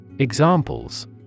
Examples